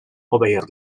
obeir